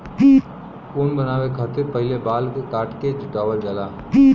ऊन बनावे खतिर पहिले बाल के काट के जुटावल जाला